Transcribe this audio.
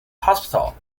hospital